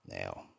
Now